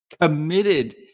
committed